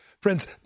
Friends